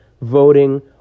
voting